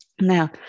Now